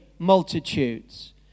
multitudes